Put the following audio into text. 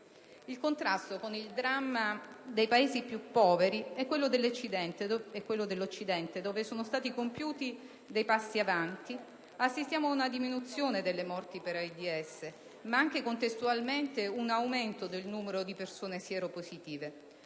Il contrasto con il dramma dei Paesi più poveri è quello dell'Occidente, dove sono stati compiuti passi in avanti: assistiamo ad una diminuzione delle morti per AIDS, ma contestualmente anche ad un aumento del numero delle persone sieropositive.